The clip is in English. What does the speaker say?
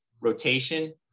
rotation